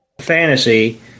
fantasy